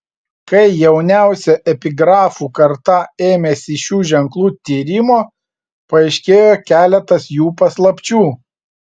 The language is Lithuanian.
kai jauniausia epigrafų karta ėmėsi šių ženklų tyrimo paaiškėjo keletas jų paslapčių